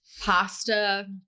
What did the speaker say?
pasta